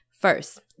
First